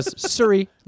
Surrey